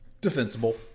defensible